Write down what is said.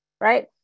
Right